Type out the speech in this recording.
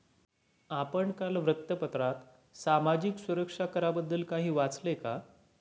आपण काल वृत्तपत्रात सामाजिक सुरक्षा कराबद्दल काही वाचले का?